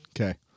Okay